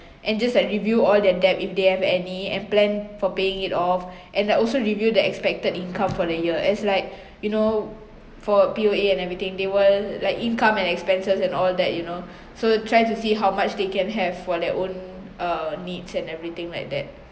and just like review all their debt if they have any and plan for paying it off and like also review the expected income for the year as like you know for P_O_A and everything they will like income and expenses and all that you know so try to see how much they can have for their own err needs and everything like that